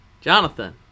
Jonathan